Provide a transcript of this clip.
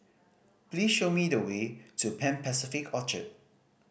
please show me the way to Pan Pacific Orchard